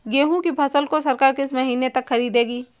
गेहूँ की फसल को सरकार किस महीने तक खरीदेगी?